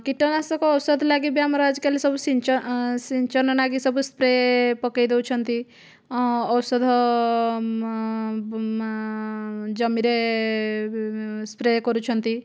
କୀଟନାଶକ ଔଷଧ ଲାଗିବି ଆମର ଆଜିକାଲି ସିଞ୍ଚନ ଲାଗି ସବୁ ସ୍ପ୍ରେ ପକେଇ ଦେଉଛନ୍ତି ଔଷଧ ଜମିରେ ସ୍ପ୍ରେ କରୁଛନ୍ତି